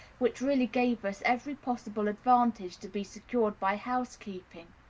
which really gave us every possible advantage to be secured by housekeeping,